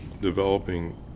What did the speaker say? developing